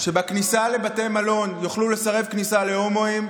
שבכניסה לבתי מלון יוכלו לסרב כניסה להומואים,